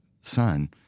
Son